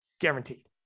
Guaranteed